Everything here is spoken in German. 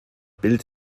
bild